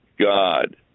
God